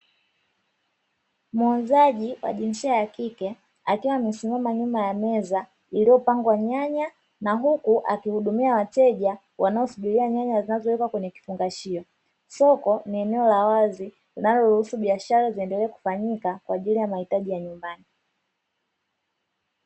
Muuzaji wa jinsia ya kike akiwa amesimama nyuma ya meza iliyopangwa nyanya, na huku akihudumia wateja wanaosubiria nyanya zinazowekwa kwenye vifungashio. Soko ni eneo la wazi linaloruhusu biashara ziendelee kufanyika kwa ajili ya mahitaji ya nyumbani.